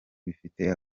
bifite